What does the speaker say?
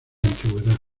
antigüedad